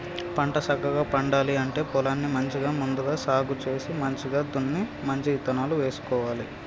పంట సక్కగా పండాలి అంటే పొలాన్ని మంచిగా ముందుగా సాగు చేసి మంచిగ దున్ని మంచి ఇత్తనాలు వేసుకోవాలి